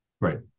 Right